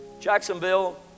Jacksonville